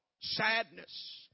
sadness